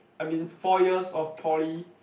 I mean four years of poly